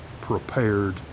prepared